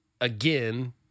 again